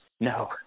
No